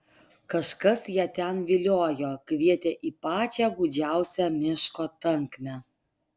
kažkas ją ten viliojo kvietė į pačią gūdžiausią miško tankmę